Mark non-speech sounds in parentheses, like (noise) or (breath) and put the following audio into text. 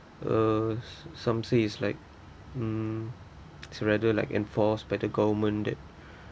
uh some say is like hmm surrender like enforced by the government that (breath)